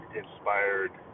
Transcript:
inspired